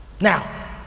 Now